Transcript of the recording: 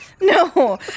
No